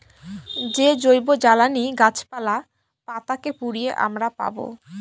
যে জৈবজ্বালানী গাছপালা, পাতা কে পুড়িয়ে আমরা পাবো